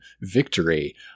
victory